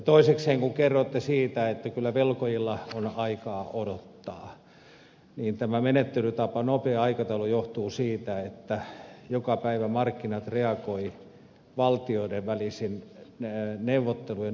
toisekseen kun kerroitte siitä että kyllä velkojilla on aikaa odottaa niin tämä menettelytapa nopea aikataulu johtuu siitä että joka päivä markkinat reagoivat valtioiden välisten neuvottelujen uskottavuuteen